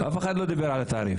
אף אחד לא דיבר על התעריף.